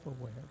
aware